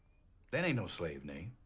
that ain't no slave name.